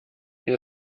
mir